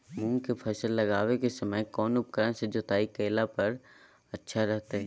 मूंग के फसल लगावे के समय कौन उपकरण से जुताई करला पर अच्छा रहतय?